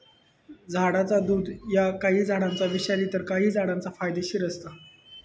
झाडाचा दुध ह्या काही झाडांचा विषारी तर काही झाडांचा फायदेशीर असता